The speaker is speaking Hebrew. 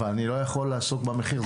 אבל אני לא יכול לעסוק במחיר.